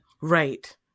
Right